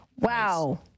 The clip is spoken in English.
Wow